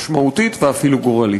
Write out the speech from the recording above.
משמעותית ואפילו גורלית.